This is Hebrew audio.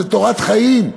זו תורת חיים,